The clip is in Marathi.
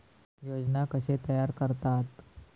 योजना कशे तयार करतात?